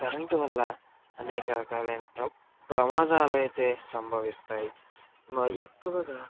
current వల్ల అనేక రకాలైన ప్రమాదాలైతే సంభవిస్తాయి ఎక్కువగా